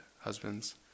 husbands